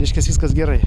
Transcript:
reiškias viskas gerai